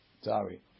Sorry